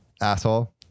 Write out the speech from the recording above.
Asshole